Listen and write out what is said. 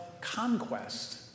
conquest